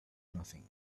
nothing